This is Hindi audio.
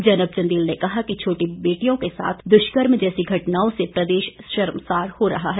जैनब चंदेल ने कहा कि छोटी बेटियों के साथ दुष्कर्म जैसी घटनाओं से प्रदेश शर्मसार हो रहा है